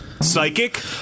Psychic